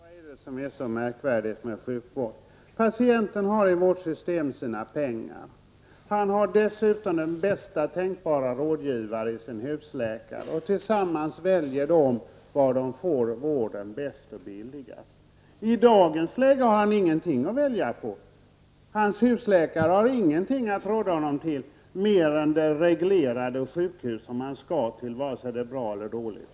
Herr talman! Vad är det som är så märkvärdigt med sjukvård? Patienten har i vårt system sina pengar. Han har dessutom den bästa tänkbara rådgivare i sin husläkare. Tillsammans väljer de var han får vården bäst och billigast. I dagens läge har han ingenting att välja på. Hans husläkare har ingenting att råda honom till, mer än det reglerade sjukhus som han skall till vare sig det är bra eller dåligt.